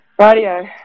radio